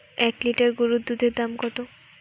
এক লিটার গরুর দুধের দাম কত?